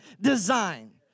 design